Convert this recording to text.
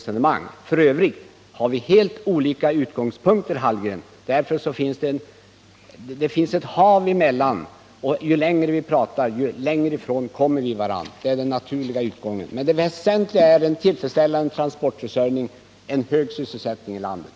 F. ö. har herr Hallgren och jag helt olika utgångspunkter. Det finns ett hav mellan våra uppfattningar, och ju längre vi pratar, desto längre kommer vi ifrån varandra. Men det väsentliga är att åstadkomma en tillfredsställande transportförsörjning och en hög sysselsättning i landet.